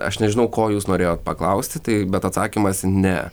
aš nežinau ko jūs norėjot paklausti tai bet atsakymas ne